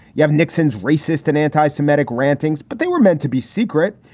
you have nixon's racist and anti-semitic rantings, but they were meant to be secret.